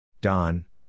Don